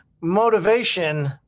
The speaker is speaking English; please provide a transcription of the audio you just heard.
Motivation